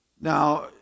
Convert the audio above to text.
Now